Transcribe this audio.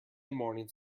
mornings